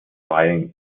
riding